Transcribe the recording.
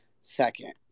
second